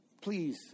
Please